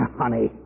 honey